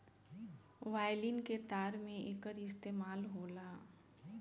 violin के तार में एकर इस्तेमाल होला